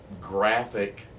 Graphic